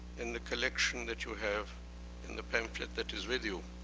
in the collection that you have in the pamphlet that is with you.